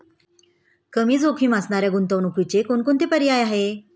कमी जोखीम असणाऱ्या गुंतवणुकीचे कोणकोणते पर्याय आहे?